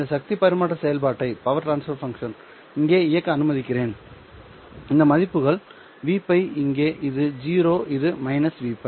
எனவே இந்த சக்தி பரிமாற்ற செயல்பாட்டை இங்கே இயக்க அனுமதிக்கிறேன் இந்த மதிப்புகள் Vπ இங்கே இது 0 இது Vπ